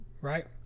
Right